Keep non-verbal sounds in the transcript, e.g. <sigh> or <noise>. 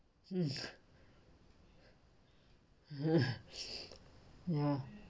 mm <laughs>